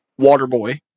Waterboy